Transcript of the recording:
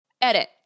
Edit